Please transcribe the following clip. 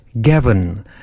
Gavin